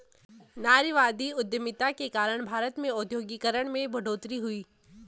नारीवादी उधमिता के कारण भारत में औद्योगिकरण में बढ़ोतरी हुई